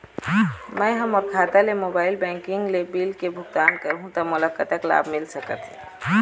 मैं हा मोर खाता ले मोबाइल बैंकिंग ले बिल के भुगतान करहूं ता मोला कतक लाभ मिल सका थे?